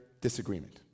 disagreement